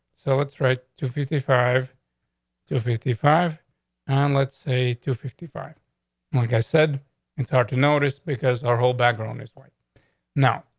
so it's right to fifty five two fifty five on, let's say, two fifty five like i said and start to notice because our whole background this way no.